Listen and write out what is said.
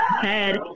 head